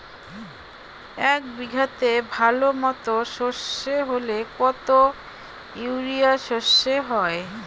এক বিঘাতে ভালো মতো সর্ষে হলে কত ইউরিয়া সর্ষে হয়?